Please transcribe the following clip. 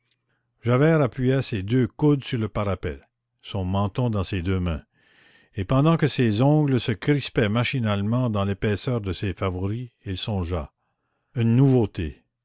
javert appuya ses deux coudes sur le parapet son menton dans ses deux mains et pendant que ses ongles se crispaient machinalement dans l'épaisseur de ses favoris il songea une nouveauté